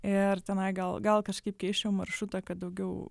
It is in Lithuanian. ir tenai gal gal kažkaip keisčiau maršrutą kad daugiau